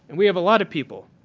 and we have a lot of people,